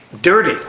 dirty